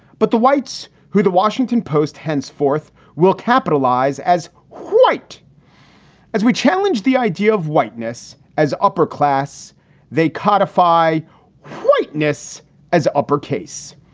but the whites who the washington post henceforth will capitalize as white as we challenge the idea of whiteness as upper class, they codify whiteness as upper case.